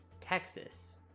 Texas